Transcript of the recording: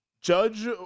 judge